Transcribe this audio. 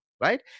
right